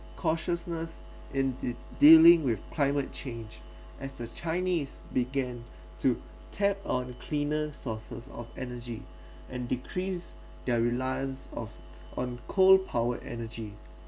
cautiousness in de~ dealing with climate change as the chinese began to tap on cleaner sources of energy and decrease their reliance of on coal power energy